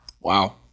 Wow